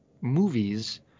movies